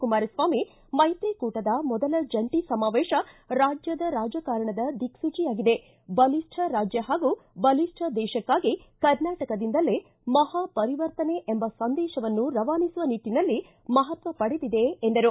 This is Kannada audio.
ಕುಮಾರಸ್ವಾಮಿ ಮೈತ್ರಿ ಕೂಟದ ಮೊದಲ ಜಂಟಿ ಸಮಾವೇಶ ರಾಜ್ಯದ ರಾಜಕಾರಣದ ದಿಕ್ಲೂಚಿಯಾಗಿದೆ ಬಲಿಷ್ಠ ರಾಜ್ಯ ಹಾಗೂ ಬಲಿಷ್ಠ ದೇಶಕ್ಕಾಗಿ ಕರ್ನಾಟಕದಿಂದಲೇ ಮಹಾ ಪರಿವರ್ತನೆ ಎಂಬ ಸಂದೇಶವನ್ನು ರವಾನಿಸುವ ನಿಟ್ಟನಲ್ಲಿ ಮಹತ್ವ ಪಡೆದಿದೆ ಎಂದರು